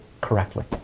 correctly